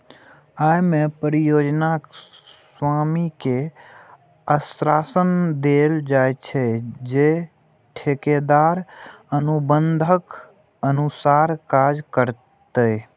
अय मे परियोजना स्वामी कें आश्वासन देल जाइ छै, जे ठेकेदार अनुबंधक अनुसार काज करतै